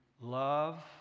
love